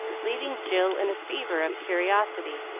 leaving jill in a fever of curiosity,